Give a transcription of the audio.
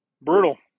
brutal